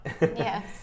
yes